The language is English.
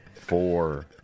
Four